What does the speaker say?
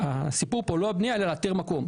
הסיפור כאן הוא לא הבנייה אלא איתור מקום.